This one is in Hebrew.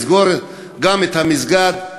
לסגור גם את המסגד.